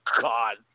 God